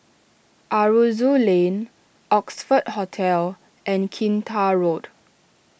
Aroozoo Lane Oxford Hotel and Kinta Road